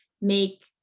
make